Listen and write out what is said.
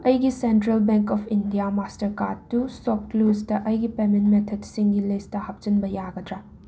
ꯑꯩꯒꯤ central bank of India master ꯀꯥꯔꯠꯇꯨ stock ꯂꯨꯁꯇ ꯑꯩꯒꯤ ꯄꯦꯃꯦꯟ ꯃꯦꯊꯠꯁꯤꯡꯒꯤ ꯂꯤꯁꯇ ꯍꯥꯞꯆꯤꯟꯕ ꯌꯥꯒꯗ꯭ꯔꯥ